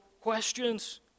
questions